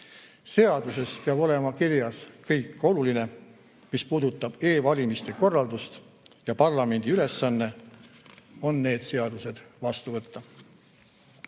Seadustes peab olema kirjas kõik oluline, mis puudutab e-valimiste korraldust, ja parlamendi ülesanne on need seadused vastu võtta.